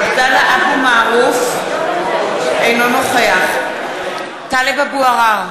עבדאללה אבו מערוף, אינו נוכח טלב אבו עראר,